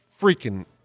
freaking